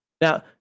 Now